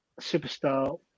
superstar